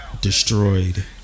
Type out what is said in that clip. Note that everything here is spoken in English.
Destroyed